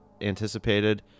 anticipated